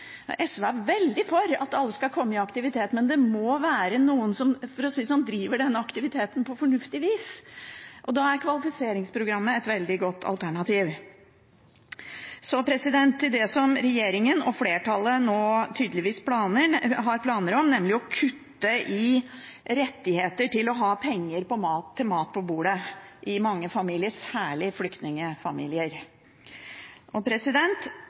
SV er veldig for at alle skal komme i aktivitet, men det må være noen som – for å si det sånn – driver denne aktiviteten på fornuftig vis. Da er kvalifiseringsprogrammet et veldig godt alternativ. Så til det som regjeringen og flertallet nå tydeligvis har planer om, nemlig å kutte i rettigheten til å ha penger til mat på bordet. Det gjelder mange familier, særlig flyktningfamilier.